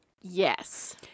Yes